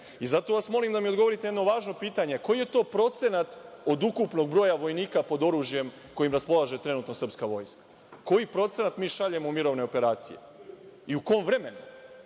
vas molim da mi odgovorite na jedno važno pitanje – koji je to procenat od ukupnog broja vojnika pod oružjem kojim raspolaže trenutno srpska vojska? Koji procenat mi šaljemo u mirovne operacije i u kom vremenu